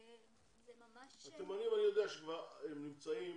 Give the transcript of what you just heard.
זה ממש --- התימנים אני יודע שהם נמצאים